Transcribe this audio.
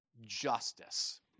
Justice